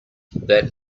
that